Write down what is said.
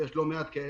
אבל יש לא מעט כאלה.